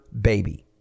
baby